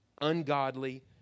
Ungodly